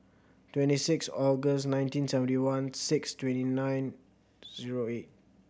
twenty six August nineteen seventy one six twenty nine zero eight